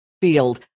field